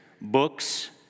books